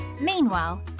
Meanwhile